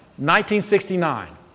1969